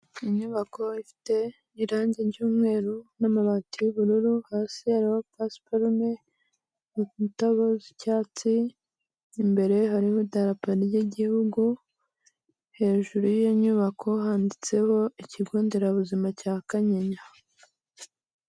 Inyubako ifite irangi ry'umweru n'amabati y'ubururu hasi hariho pasparum, harimo indabo z'icyatsi, imbere hariho idarapo ry'igihugu, hejuru y'iyo nyubako handitseho ikigo nderabuzima cya Kanyinya.